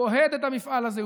הוא אוהד את המפעל הזה,